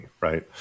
right